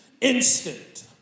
instant